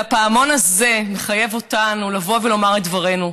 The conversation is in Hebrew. והפעמון הזה מחייב אותנו לבוא ולומר את דברנו.